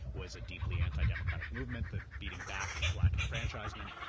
was a deeply anti-democratic movement that beating back black enfranchisement,